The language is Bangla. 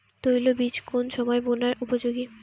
তৈল বীজ কোন সময় বোনার উপযোগী?